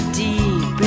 deep